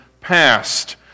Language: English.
past